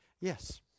yes